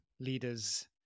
leaders